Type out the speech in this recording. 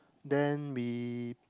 then we